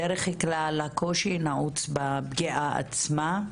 בדרך כלל הקושי נעוץ בפגיעה עצמה,